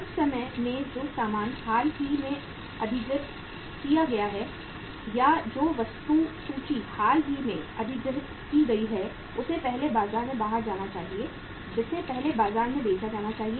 कुछ समय में जो सामान हाल ही में अधिगृहीत किया गया है या जो वस्तु सूची हाल ही में अधिगृहीत की गई है उसे पहले बाजार में बाहर जाना चाहिए जिसे पहले बाजार में बेचा जाना चाहिए